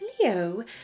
Leo